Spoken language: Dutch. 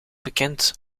bekend